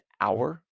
hour